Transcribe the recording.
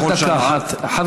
רק דקה אחת.